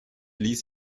ließ